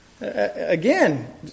Again